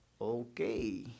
Okay